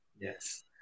yes